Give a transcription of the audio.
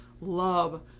love